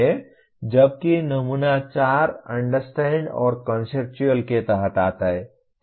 जबकि नमूना 4 अंडरस्टैंड और कॉन्सेप्चुअल के तहत आता है ठीक है